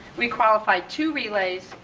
we qualify two relays,